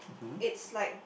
it's like